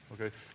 Okay